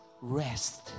rest